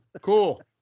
Cool